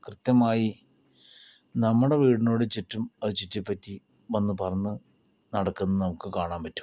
കൃത്യമായി നമ്മടെ വീടിനോട് ചുറ്റും അത് ചുറ്റിപ്പറ്റി വന്ന് പറന്ന് നടക്കുന്നത് നമുക്ക് കാണാൻ പറ്റും